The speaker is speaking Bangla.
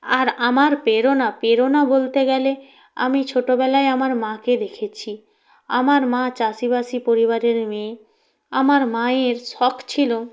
আর আমার প্রেরণা প্রেরণা বলতে গেলে আমি ছোটবেলায় আমার মাকে দেখেছি আমার মা চাষি বাসি পরিবারের মেয়ে আমার মায়ের শখ ছিল